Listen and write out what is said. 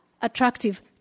attractive